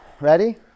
Ready